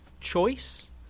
choice